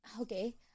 Okay